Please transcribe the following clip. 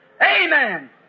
Amen